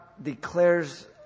declares